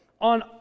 on